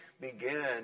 begin